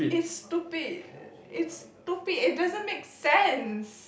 it's stupid it's stupid it doesn't make sense